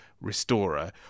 restorer